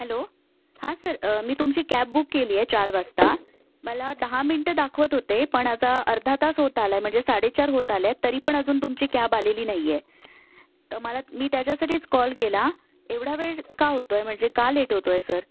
hello हां sir मी तुमची कॅब बुक केली आहे चार वाजता मला दहा मिनटं दाखवत होते पण आता अर्धा तास होत आला आहे म्हणजे साडेचार होत आले आहेत तरी पण अजून तुमची कॅब आलेली नाही आहे तर मला मी त्याच्यासाठीच कॉल केला एवढा वेळ का होतो आहे म्हणजे का लेट होतो आहे सर